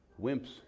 Wimps